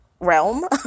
realm